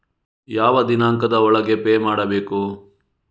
ಯಾವ ದಿನಾಂಕದ ಒಳಗೆ ಪೇ ಮಾಡಬೇಕು?